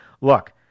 Look